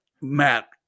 matt